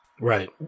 Right